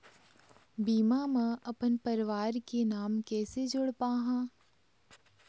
बीमा म अपन परवार के नाम कैसे जोड़ पाहां?